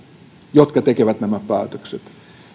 jotka tekevät päätökset